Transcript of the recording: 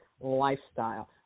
lifestyle